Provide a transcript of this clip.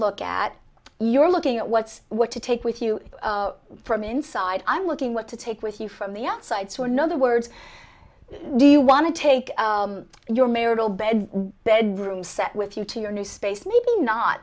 look at you're looking at what's what to take with you from inside i'm looking what to take with you from the outside so another words do you want to take your marital bed bedroom set with you to your new space